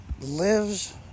lives